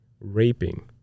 raping